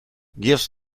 gifts